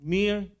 mere